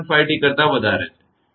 5T કરતા વધારે છે